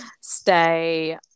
stay